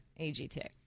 AGT